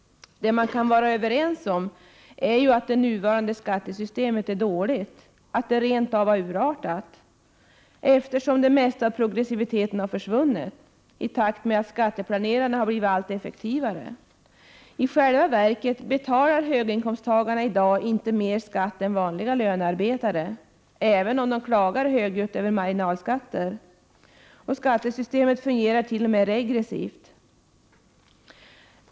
Vad vi kan vara överens om är att det nuvarande skattesystemet är dåligt, att det rent av har urartat. Det mesta av progressiviteten har försvunnit i takt med att skatteplanerarna har blivit allt effektivare. I själva verket betalar höginkomsttagarna i dag inte mer i skatt än vanliga lönearbetare — även om de klagar högljutt över marginalskatter — och skattesystemet fungerar t.o.m. regressivt.